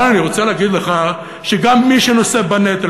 אבל אני רוצה להגיד לך שגם מי שנושא בנטל,